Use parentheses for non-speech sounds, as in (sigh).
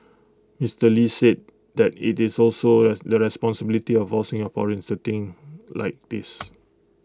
Mister lee said that IT is also (unintelligible) the responsibility of all Singaporeans for think like this